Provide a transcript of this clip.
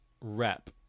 rep